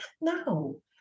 No